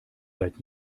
seit